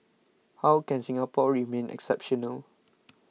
how can Singapore remain exceptional